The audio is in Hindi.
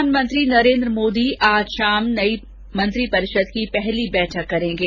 प्रधानमंत्री नरेन्द्र मोदी आज शाम नई मंत्रिपरिषद की पहली बैठक करेंगे